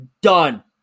done